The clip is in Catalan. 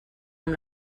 amb